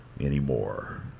anymore